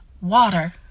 Water